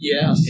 Yes